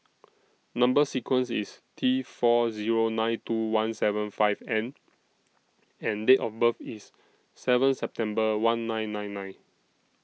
Number sequence IS T four Zero nine two one seven five N and Date of birth IS seven September one nine nine nine